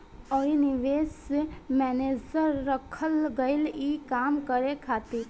अउरी निवेश मैनेजर रखल गईल ई काम करे खातिर